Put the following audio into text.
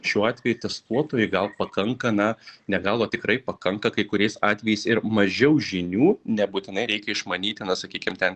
šiuo atveju testuotojai gal pakanka na ne gal o tikrai pakanka kai kuriais atvejais ir mažiau žinių nebūtinai reikia išmanyti na sakykim ten